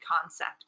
concept